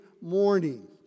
morning